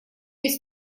есть